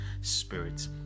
spirit